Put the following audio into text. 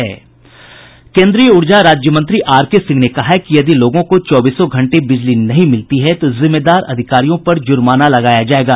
केन्द्रीय ऊर्जा राज्य मंत्री आरकेसिंह ने कहा है कि यदि लोगों को चौबीसों घंटे बिजली नहीं मिलती है तो जिम्मेदार अधिकारियों पर जुर्माना लगाया जायेगा